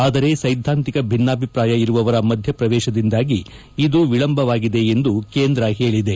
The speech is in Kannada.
ಆದರೆ ಸೈದ್ದಾಂತಿಕ ಭಿನ್ನಾಭಿಪ್ರಾಯ ಇರುವವರ ಮಧ್ಯಪ್ರವೇಶದಿಂದಾಗಿ ಇದು ವಿಳಂಬವಾಗಿದೆ ಎಂದು ಕೇಂದ್ರ ಹೇಳಿದೆ